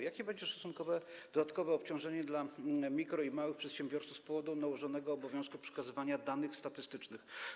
Jakie będzie szacunkowe dodatkowe obciążenie dla mikro- i małych przedsiębiorców z powodu nałożonego obowiązku przekazywania danych statystycznych?